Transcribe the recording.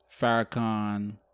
Farrakhan